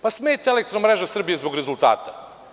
Pa, smeta Elektromreža Srbije zbog rezultata.